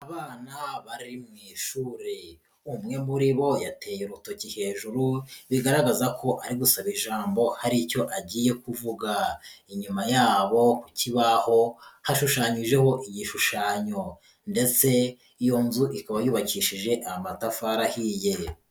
Abana bari mu ishure, umwe muri bo yateye urutoki hejuru bigaragaza ko ari gusaba ijambo hari icyo agiye kuvuga, inyuma yabo ku kibaho hashushanyijeho igishushanyo ndetse iyo nzu ikaba yubakishije amatafari ahiye.